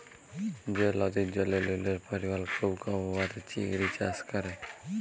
যে লদির জলে লুলের পরিমাল খুব কম উয়াতে চিংড়ি চাষ ক্যরা